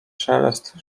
szelest